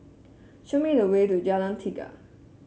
show me the way to Jalan Tiga